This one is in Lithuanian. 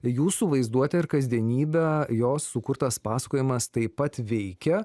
jūsų vaizduotę ir kasdienybę jo sukurtas pasakojimas taip pat veikia